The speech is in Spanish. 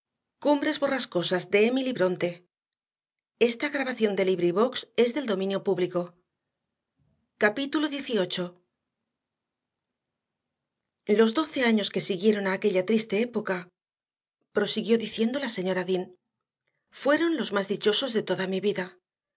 dieciocho los doce años que siguieron a aquella triste época prosiguió diciendo la señora dean fueron los más dichosos de toda mi vida